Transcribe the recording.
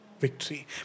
victory